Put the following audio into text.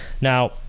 Now